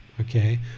Okay